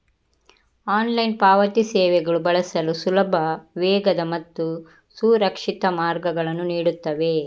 online ಪಾವತಿ ಸೇವೆಗಳು ಬಳಸಲು ಸುಲಭ, ವೇಗದ ಮತ್ತು ಸುರಕ್ಷಿತ ಮಾರ್ಗಗಳನ್ನು ನೀಡುತ್ತವೆ